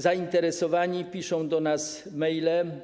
Zainteresowani piszą do nas maile,